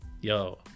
Yo